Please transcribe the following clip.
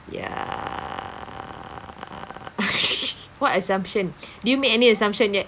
ya what assumption did you make any assumption yet